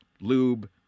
lube